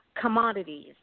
commodities